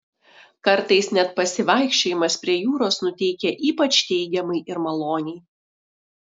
kartais net pasivaikščiojimas prie jūros nuteikia ypač teigiamai ir maloniai